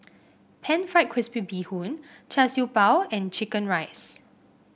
pan fried crispy Bee Hoon Char Siew Bao and chicken rice